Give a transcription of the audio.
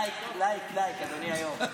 לייק, לייק, לייק, אדוני היו"ר.